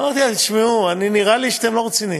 אמרתי להם: תשמעו, נראה לי שאתם לא רציניים.